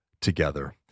together